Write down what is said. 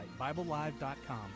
BibleLive.com